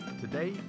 Today